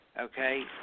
Okay